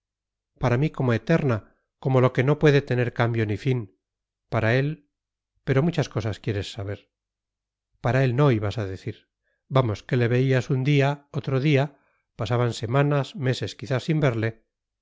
para mí como eterna como lo que no puede tener cambio ni fin para él pero muchas cosas quieres saber para él no ibas a decir vamos que le veías un día otro día pasaban semanas meses quizá sin verle